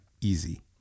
easy